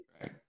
Right